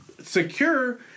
secure